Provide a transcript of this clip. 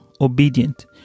obedient